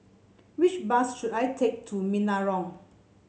which bus should I take to Menarong